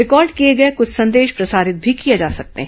record किए गए कुछ संदेश प्रसारित भी किए जा सकते हैं